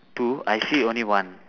two I see only one